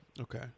Okay